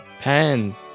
Pen